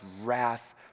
wrath